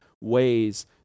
ways